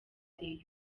rayon